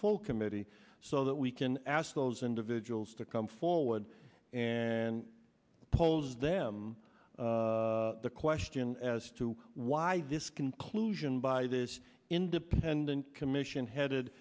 full committee so that we can ask those individuals to come forward and pulls their the question as to why this conclusion by this independent commission headed